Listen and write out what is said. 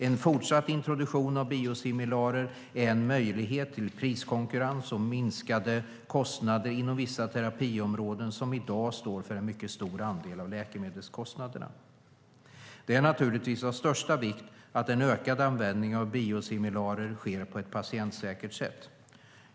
En fortsatt introduktion av biosimilarer är en möjlighet till priskonkurrens och minskade kostnader inom vissa terapiområden som i dag står för en mycket stor andel av läkemedelskostnaderna. Det är naturligtvis av största vikt att ökad användning av biosimilarer sker på ett patientsäkert sätt.